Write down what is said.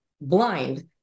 blind